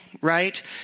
right